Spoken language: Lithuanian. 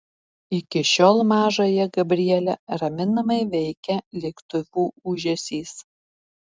iki šiol mažąją gabrielę raminamai veikia lėktuvų ūžesys